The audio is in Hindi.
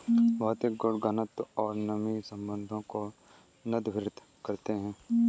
भौतिक गुण घनत्व और नमी संबंधों को संदर्भित करते हैं